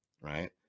right